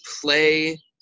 play